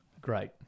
Great